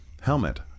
Helmet